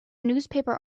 newspaper